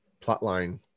plotline